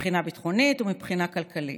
מבחינה ביטחונית ומבחינה כלכלית.